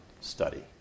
study